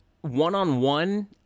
one-on-one